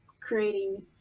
creating